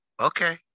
Okay